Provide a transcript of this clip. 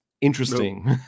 interesting